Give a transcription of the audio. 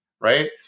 Right